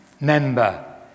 member